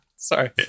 sorry